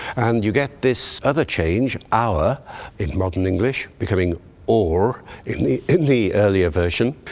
and you get this other change our in modern english becoming ore in the in the earlier version,